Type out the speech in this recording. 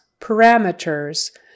Parameters